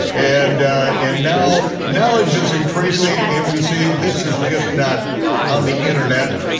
and and now knowledge is increasing and we see this is just not on the internet,